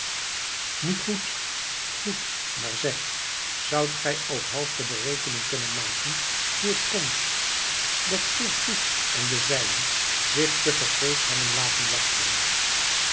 nu goed goed maar zeg zoudt gij ook half de berekening kunnen maken hoe het komt dat geert soet en de zijnen zich te vergeefs hebben laten wachten